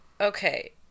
okay